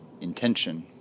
intention